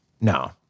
No